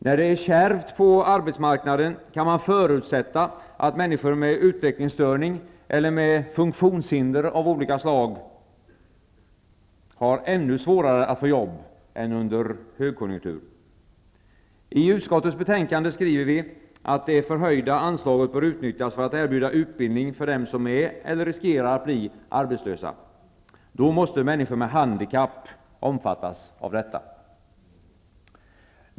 När det är kärvt på arbetsmarknaden kan man förutsätta att människor med utvecklingsstörning eller funktionshinder av olika slag har ännu svårare att få jobb än under högkonjunktur. I utskottets betänkande skriver vi att det förhöjda anslaget bör utnyttjas för att erbjuda utbildning till dem som är eller riskerar att bli arbetslösa. Då måste människor med handikapp omfattas av detta.